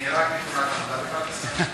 נהרג בתאונת עבודה בפרדס-חנה,